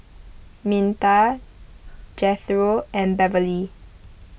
Minta Jethro and Beverly